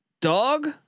dog